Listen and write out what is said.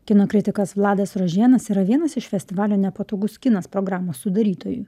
kino kritikas vladas rožėnas yra vienas iš festivalio nepatogus kinas programos sudarytojų